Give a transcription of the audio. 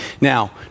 Now